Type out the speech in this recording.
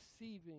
receiving